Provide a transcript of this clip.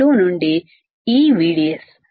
నుండి ఈ VDS